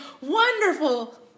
wonderful